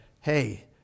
hey